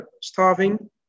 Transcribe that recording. starving